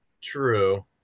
True